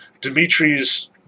Dimitri's